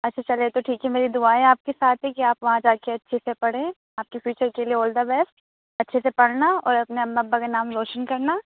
اچھا چلیے تو ٹھیک ہے میری دعائیں آپ کے ساتھ ہیں کہ آپ وہاں جاکے اچھے سے پڑھیں آپ کے فیوچر کے لیے آل دا بیسٹ اچھے سے پڑھنا اور اپنے اما ابا کا نام روشن کرنا